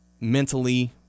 mentally